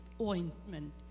ointment